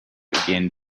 again